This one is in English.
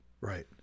Right